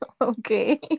Okay